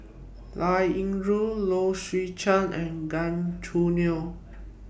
Liao Yingru Low Swee Chen and Gan Choo Neo